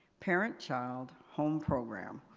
parent-child home program,